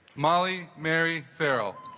molly mary farrell